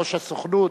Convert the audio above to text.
ראש הסוכנות,